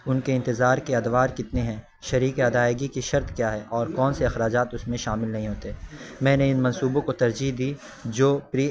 ان کے انتظار کے ادوار کتنے ہیں شریکِ ادائیگی کی شرط کیا ہے اور کون سے اخراجات اس میں شامل نہیں ہوتے میں نے ان منصوبوں کو ترجیح دی جو پری